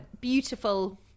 beautiful